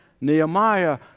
Nehemiah